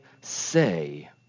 say